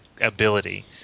ability